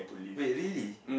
really